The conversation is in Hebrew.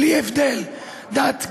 בלי הבדל דת,